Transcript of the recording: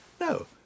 No